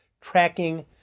tracking